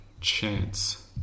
chance